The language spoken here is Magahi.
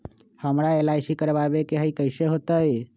हमरा एल.आई.सी करवावे के हई कैसे होतई?